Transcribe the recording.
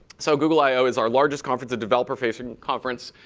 so google i o is our largest conference a developer facing conference.